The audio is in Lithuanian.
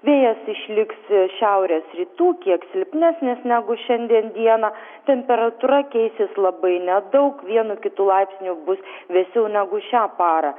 vėjas išliks šiaurės rytų kiek silpnesnis negu šiandien dieną temperatūra keisis labai nedaug vienu kitu laipsniu bus vėsiau negu šią parą